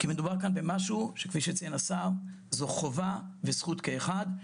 כי מדובר כאן במשהו שכפי שציין השר זו חובה וזכות כאחד,